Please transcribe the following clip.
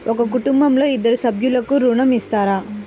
ఒక కుటుంబంలో ఇద్దరు సభ్యులకు ఋణం ఇస్తారా?